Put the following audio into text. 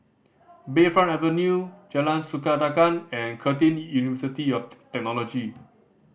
Bayfront Avenue Jalan Sikudangan and Curtin University of Technology